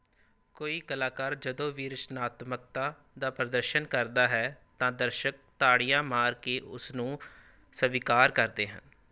ਕੋਈ ਕਲਾਕਾਰ ਜਦੋਂ ਵੀ ਰਚਨਾਤਮਕਤਾ ਦਾ ਪ੍ਰਦਰਸ਼ਨ ਕਰਦਾ ਹੈ ਤਾਂ ਦਰਸ਼ਕ ਤਾੜੀਆਂ ਮਾਰ ਕੇ ਉਸ ਨੂੰ ਸਵੀਕਾਰ ਕਰਦੇ ਹਨ